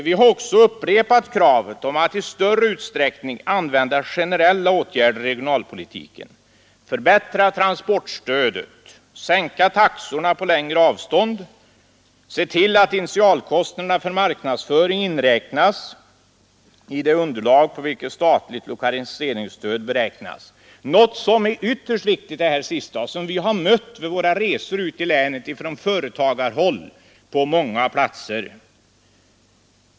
Vi har också upprepat kravet på att i större utsträckning använda generella åtgärder i regionalpolitiken, t.ex. att förbättra transportstödet, sänka taxorna på längre avstånd och se till att initialkostnaderna för marknadsföring inräknas i det underlag på vilket statligt lokaliseringss nas. Det sista är ytterst viktigt, vilket företagare på många platser har sagt till oss vid våra resor ute i länen.